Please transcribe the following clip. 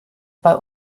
bei